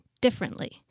differently